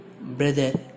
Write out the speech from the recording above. brother